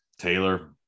Taylor